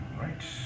right